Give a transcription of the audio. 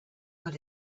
but